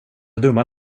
dumma